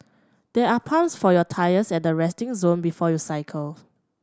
there are pumps for your tyres at the resting zone before you cycle